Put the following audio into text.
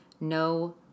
No